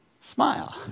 Smile